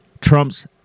Trump's